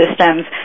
systems